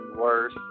worse